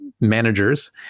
managers